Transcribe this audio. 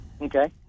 Okay